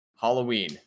Halloween